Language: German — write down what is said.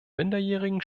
minderjährigen